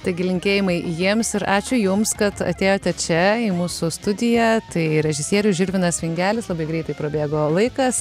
taigi linkėjimai jiems ir ačiū jums kad atėjote čia į mūsų studiją tai režisierius žilvinas vingelis labai greitai prabėgo laikas